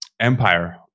empire